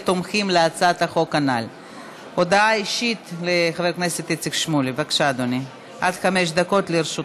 תודה, אדוני היושב-ראש.